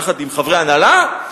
יחד עם חברי הנהלה,